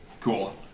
Cool